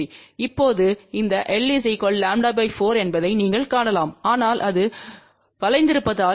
இப்போது இந்தlλ4 என்பதை நீங்கள் காணலாம் ஆனால் அது வளைந்திருப்பதால்